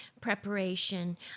preparation